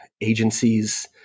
agencies